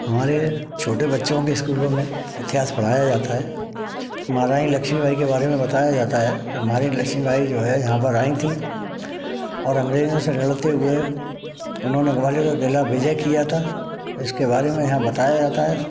हमारे छोटे बच्चों के स्कूलों में इतिहास पढ़ाया जाता है महारानी लक्ष्मी बाई के बारे में बताया जाता है महारानी लक्ष्मी बाई जो है यहाँ पर आईं थीं और अंग्रेजों से लड़ते हुए उन्होंने ग्वालियर का किला विजय किया था इसके बारे में यहाँ बताया जाता है